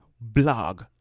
blog